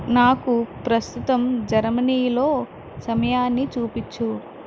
నాకు ప్రస్తుతం జర్మనీలో సమయాన్ని చూపిచ్చు